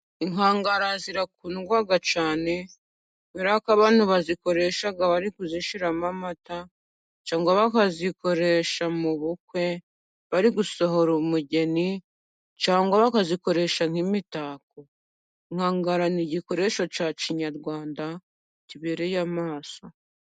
Inkangara zirakundwa cyane, kubera ko abantu bazikoresha bari kuzishyiramo amata, cyangwa bakazikoresha mu bukwe, bari gusohora umugeni, cyangwa bakazikoresha nk'imitako, inkangara ni igikoresho cya kinyarwanda kibereye amaso.